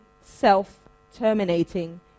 self-terminating